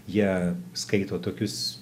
jie skaito tokius